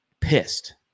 pissed